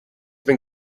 been